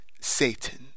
Satan